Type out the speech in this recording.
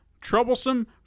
troublesome